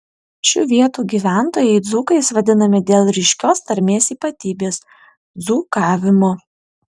šių vietų gyventojai dzūkais vadinami dėl ryškios tarmės ypatybės dzūkavimo